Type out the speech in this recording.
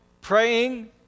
praying